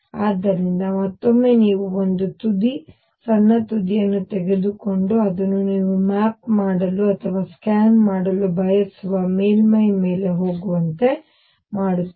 ಆದ್ದರಿಂದ ಮತ್ತೊಮ್ಮೆ ನೀವು ಒಂದು ತುದಿ ಸಣ್ಣ ತುದಿಯನ್ನು ತೆಗೆದುಕೊಂಡು ಅದನ್ನು ನೀವು ಮ್ಯಾಪ್ ಮಾಡಲು ಅಥವಾ ಸ್ಕ್ಯಾನ್ ಮಾಡಲು ಬಯಸುವ ಮೇಲ್ಮೈ ಮೇಲೆ ಹೋಗುವಂತೆ ಮಾಡುತ್ತದೆ